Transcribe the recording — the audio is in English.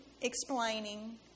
explaining